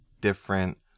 different